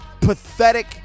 pathetic